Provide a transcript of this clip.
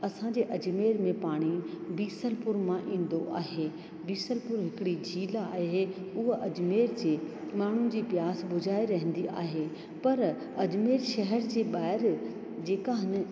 असांजे अजमेर में पाणी बिसलपुर मां ईंदो आहे बिसलपुर हिकिड़ी झील आहे उहा अजमेर जे माण्हुनि जी प्यास बुझाए रहंदी आहे पर अजमेर शहर जे ॿाहिरि जेका आहिनि